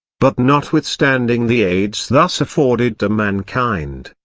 but notwithstanding the aids thus afforded to mankind,